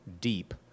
deep